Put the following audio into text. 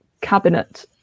cabinet